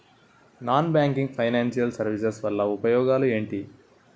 Non banking financial services వల్ల ఉపయోగాలు ఎంటి?